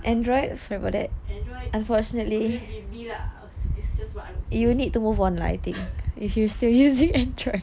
androids couldn't beat me lah it's just what I would say